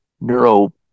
neuro